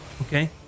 Okay